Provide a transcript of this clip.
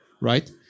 right